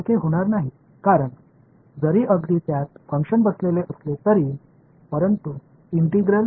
ஒருங்கிணைப்பின் வரம்புகள் வேறுபட்டிருப்பதால் ஒருங்கிணைப்பு வேறுபட்டதாக இருக்கும்